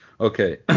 Okay